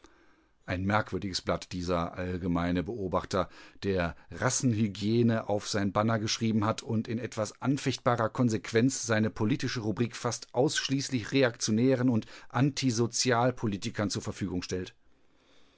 ein merkwürdiges blatt dieser allgemeine beobachter der rassenhygiene auf sein banner geschrieben hat und in etwas anfechtbarer konsequenz seine politische rubrik fast ausschließlich reaktionären und antisozialpolitikern zur verfügung stellt